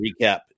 recap